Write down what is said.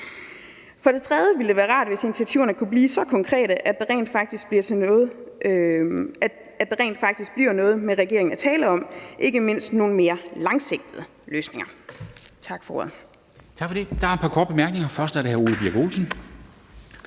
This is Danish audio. For det tredje ville det være rart, hvis initiativerne kunne blive så konkrete, at der rent faktisk bliver noget at tale med regeringen om, ikke mindst om nogle mere langsigtede løsninger.